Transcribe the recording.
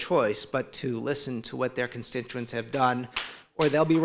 choice but to listen to what their constituents have done or they'll be